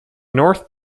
north